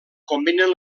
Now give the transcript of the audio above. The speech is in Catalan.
combinen